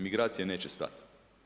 Migracije neće stati.